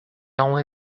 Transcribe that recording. only